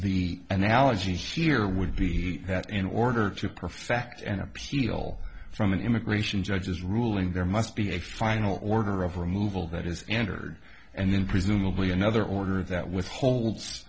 the analogy here would be that in order to perfect an appeal from an immigration judges ruling there must be a final order of removal that is entered and then presumably another order that withholds